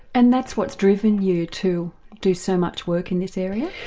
and that's what's driven you to do so much work in this area?